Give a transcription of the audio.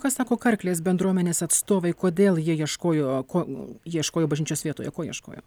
ką sako karklės bendruomenės atstovai kodėl jie ieškojo ko ieškojo bažnyčios vietoje ko ieškojo